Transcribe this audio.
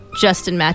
Justin